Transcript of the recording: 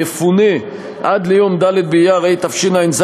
יפונה עד ליום ד' באייר התשע"ז,